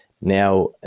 Now